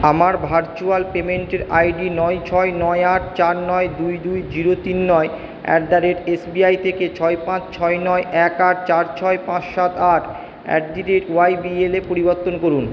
আমার ভার্চুয়াল পেমেন্টের আইডি নয় ছয় নয় আট চার নয় দুই দুই জিরো তিন নয় অ্যাট দা রেট এসবিআই থেকে ছয় পাঁচ ছয় নয় এক আট চার ছয় পাঁচ সাত আট অ্যাট দি রেট ওয়াইবিএলে পরিবর্তন করুন